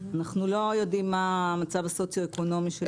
אנחנו לא יודעים מה המצב הסוציואקונומי.